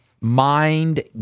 mind